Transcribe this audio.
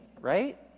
right